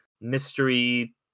mystery